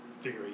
theory